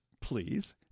please